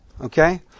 Okay